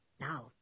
Now